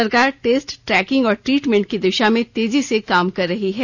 सरकार test tracking और treatment की दिशा में तेजी से काम कर रही है